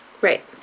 Right